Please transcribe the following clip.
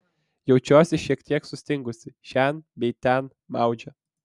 jaučiuosi šiek tiek sustingusi šen bei ten maudžia